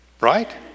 Right